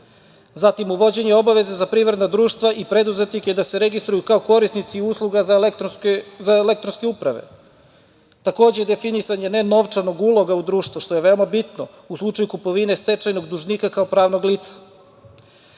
zatim uvođenje obaveze za privredna društva i preduzetnike da se registruju kao korisnici usluga za elektronske uprave. Takođe, definisanje nenovčanog uloga u društvo, što je veoma bitno u slučaju kupovine stečajnog dužnika kao pravnog